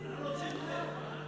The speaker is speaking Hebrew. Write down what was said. אנחנו רוצים אתכם.